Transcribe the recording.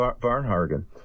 Varnhagen